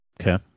Okay